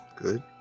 Good